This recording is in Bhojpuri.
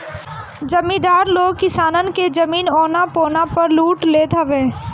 जमीदार लोग किसानन के जमीन औना पौना पअ लूट लेत हवन